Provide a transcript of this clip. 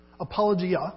Apologia